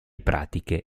pratiche